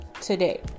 today